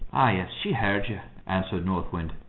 oh, yes, she heard you, answered north wind.